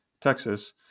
Texas